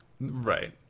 Right